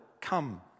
come